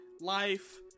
life